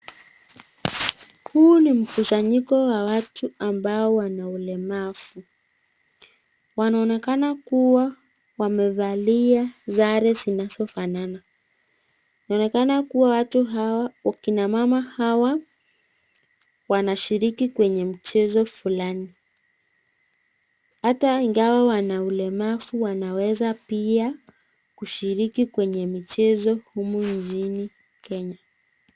Huu ni mkusanyiko wa watu ambao wana ulemavu. Wanaonekana kuwa wamevalia sare zinazofanana. Inaonekana kuwa watu hawa, kina mama hawa wanashiriki kwenye mchezo fulani. Hata ingawa wana ulemavu wanaweza pia kushiriki kwenye michezo humu nchini Kenya.